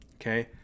Okay